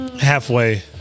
Halfway